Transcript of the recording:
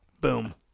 Boom